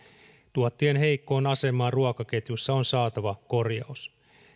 tuottajien heikkoon asemaan ruokaketjussa on saatava korjaus